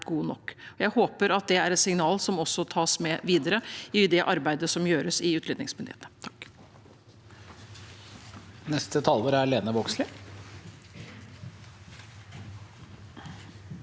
jeg håper at det er et signal som også tas med videre i det arbeidet som gjøres i utlendingsmyndighetene.